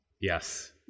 Yes